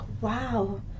wow